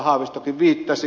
haavistokin viittasi